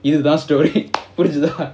இதுதான்:ithuthan story புரிஞ்சதா:purinjatha